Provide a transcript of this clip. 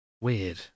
weird